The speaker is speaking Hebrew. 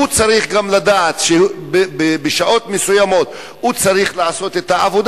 הוא צריך גם לדעת שבשעות מסוימות הוא צריך לעשות את העבודה,